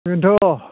बेनोथ'